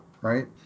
right